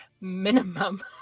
minimum